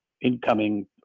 incoming